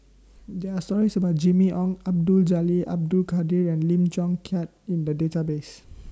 There Are stories about Jimmy Ong Abdul Jalil Abdul Kadir and Lim Chong Keat in The Database